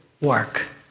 work